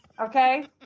Okay